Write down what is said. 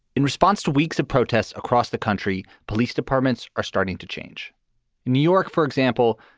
in response to weeks of protests across the country, police departments are starting to change. in new york, for example,